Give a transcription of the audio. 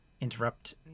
interrupt